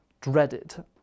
dreaded